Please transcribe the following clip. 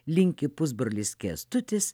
linki pusbrolis kęstutis